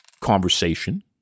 conversation